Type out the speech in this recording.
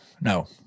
No